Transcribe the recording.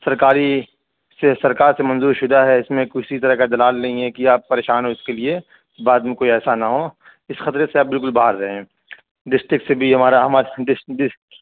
سرکاری سرکار سے منظور شدہ ہے اس میں کسی طرح کا دلال نہیں ہے کہ آپ پریشان ہوں اس کے لیے بعد میں کوئی ایسا نہ ہو اس خطرے سے آپ بالکل باہر رہیں ڈسٹرکٹ سے بھی ہمارا ڈس ڈس